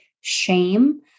shame